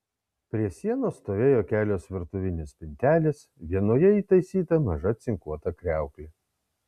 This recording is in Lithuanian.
prie sienos stovėjo kelios virtuvinės spintelės vienoje įtaisyta maža cinkuota kriauklė